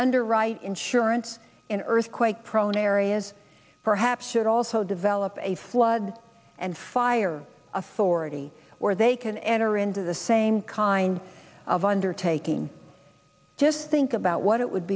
underwrite insurance in earthquake prone areas perhaps should also develop a flood and fire authority where they can enter into the same kind of undertaking just think about what it would